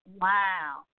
Wow